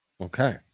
Okay